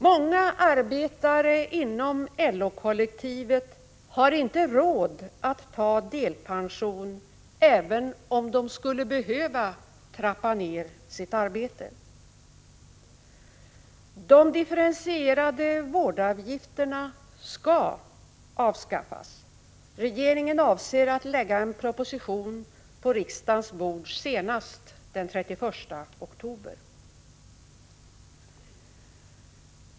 Många arbetare inom LO-kollektivet har inte råd att ta delpension, även om de skulle behöva trappa ned sitt arbete. De differentierade vårdavgifterna skall avskaffas. Regeringen avser att lägga en proposition på riksdagens bord senast den 31 oktober.